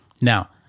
Now